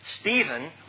Stephen